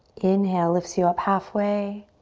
inhale lifts you up halfway.